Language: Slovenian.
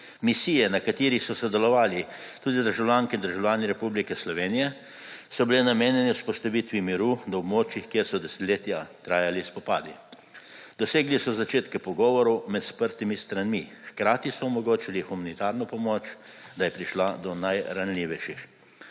Misije, na katerih so sodelovali tudi državljanke in državljani Republike Slovenije, so bile namenjene vzpostavitvi miru na območjih, kjer so desetletja trajali spopadi. Dosegli so začetke pogovorov med sprtimi stranmi, hkrati so omogočili humanitarno pomoč, da je prišla do najranljivejših.